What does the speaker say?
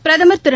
பிரதமர் திரு